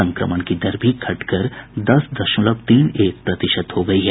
संक्रमण की दर भी घट कर दस दशमलव तीन एक प्रतिशत हो गयी है